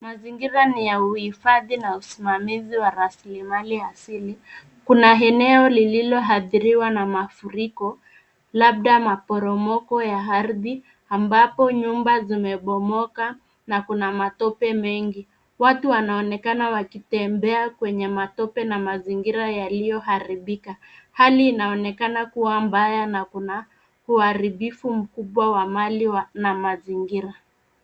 Mazingira ni ya uhifadhi na usimamizi wa rasilimali asili. Kuna eneo lililoathiriwa na mafuriko labda maporomoko ya ardhi ambapo nyumba zimebomoka na kuna matope mengi. Watu wanaonekana wakitembea kwenye matope na mazingira yaliyoharibika. Hali inaonekana kuwa mbaya na kuna uharibifu mkubwa wa mali na mazingira.